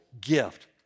gift